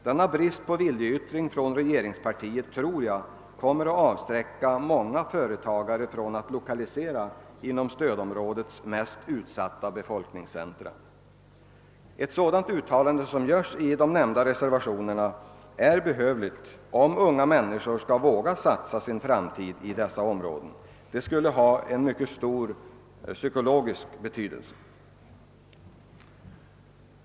Denna brist på viljeyttring från regeringspartiet tror jag kommer att avskräcka många företagare från att lokalisera sig till stödområdets mest utsatta befolkningscentra. Ett sådant utta lande som begärs i de nämnda reservationerna är behövligt, om unga människor skall våga satsa sin framtid i dessa områden. Det skulle ha en mycket stor psykologisk betydelse.